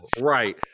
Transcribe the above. right